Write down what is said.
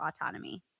autonomy